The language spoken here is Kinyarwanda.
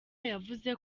yavuze